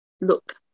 look